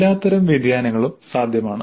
എല്ലാത്തരം വ്യതിയാനങ്ങളും സാധ്യമാണ്